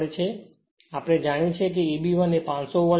હવે આપણે જાણીએ છીએ કે Eb 1 એ 500 વોલ્ટ છે